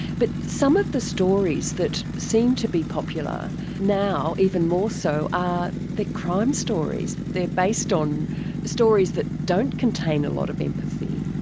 but some of the stories that seem to be popular now even more so are the crime stories. they are based on stories that don't contain a lot of empathy.